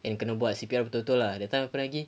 and kena buat C_P_R betul betul lah that time apa lagi